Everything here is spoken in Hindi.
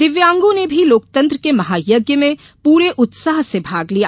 दिव्यांगों ने भी लोकतंत्र के महायज्ञ में पूरे उत्साह से भाग लिया